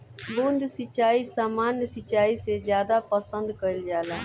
बूंद सिंचाई सामान्य सिंचाई से ज्यादा पसंद कईल जाला